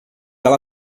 ela